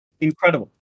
incredible